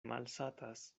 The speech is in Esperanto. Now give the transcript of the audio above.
malsatas